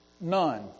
none